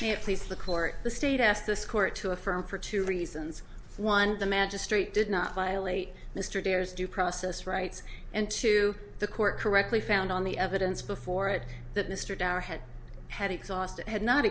can't please the court the state asked this court to affirm for two reasons one the magistrate did not violate mr dare's due process rights and to the court correctly found on the evidence before it that mr dower had had exhausted had not